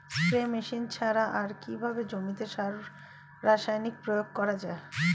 Spray machine ছাড়া আর কিভাবে জমিতে রাসায়নিক প্রয়োগ করা যায়?